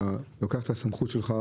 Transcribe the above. אתה לוקח את הסמכות שלך,